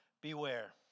beware